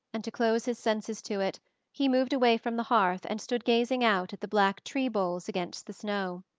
and to close his senses to it he moved away from the hearth and stood gazing out at the black tree-boles against the snow.